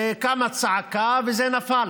קמה צעקה וזה נפל.